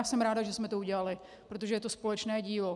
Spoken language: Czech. Já jsem ráda, že jsme to udělali, protože je to společné dílo.